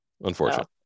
Unfortunately